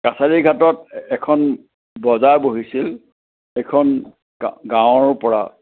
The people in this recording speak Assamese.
কাছাৰী ঘাটত এখন বজাৰ বহিছিল সেইখন গা গাঁৱৰ পৰা